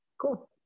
Cool